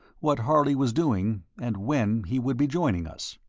what harley was doing and when he would be joining us.